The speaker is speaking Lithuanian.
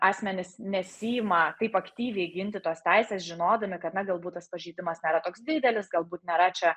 asmenys nesiima taip aktyviai ginti tos teisės žinodami kad na galbūt tas pažeidimas nėra toks didelis galbūt nėra čia